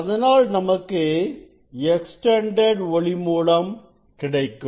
அதனால் நமக்கு எக்ஸ்டெண்டெட் ஒளி மூலம் கிடைக்கும்